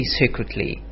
secretly